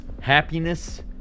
happiness